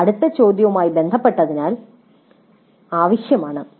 ഇത് അടുത്ത ചോദ്യവുമായി ബന്ധപ്പെട്ടതിനാൽ ഇത് ആവശ്യമാണ്